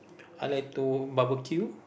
I like to barbecue